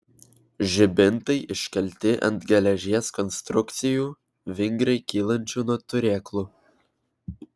žibintai iškelti ant geležies konstrukcijų vingriai kylančių nuo turėklų